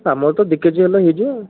ଆମର ତ ଦୁଇ କେଜି ହେଲେ ହେଇଯିବ ଆଉ